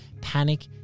Panic